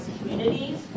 communities